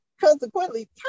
consequently